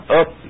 up